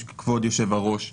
כבוד היושב-ראש.